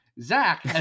Zach